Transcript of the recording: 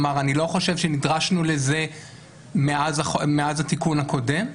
אני לא חושב שנדרשנו לזה מאז התיקון הקודם,